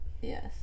Yes